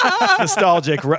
Nostalgic